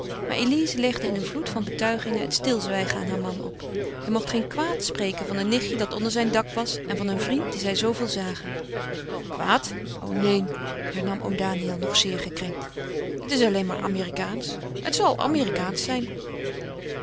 maar elize legde in een vloed van betuigingen het stilzwijgen aan haren man op hij mocht geen kwaad spreken van een nichtje dat onder zijn dak was en van een vriend dien zij zooveel zagen kwaad o neen hernam oom daniël nog zeer gekrenkt het is alleen maar amerikaansch het zal amerikaansch zijn